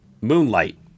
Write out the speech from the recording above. Moonlight